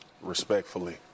Respectfully